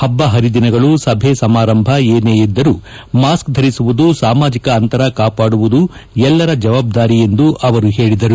ಹಬ್ಬ ಹರಿದಿನಗಳು ಸಭೆ ಸಮಾರಂಭ ಏನೇ ಇದ್ದರೂ ಮಾಸ್ಕ್ ಧರಿಸುವುದು ಸಾಮಾಜಿಕ ಅಂತರ ಕಾಪಾಡುವುದು ಎಲ್ಲರ ಜವಾಬ್ದಾರಿ ಎಂದು ಅವರು ಹೇಳಿದರು